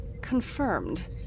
confirmed